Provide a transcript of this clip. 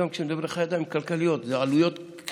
כשמדברים על חיי אדם מותר לדבר גם על ה"כלכליות": אלו עלויות קשות,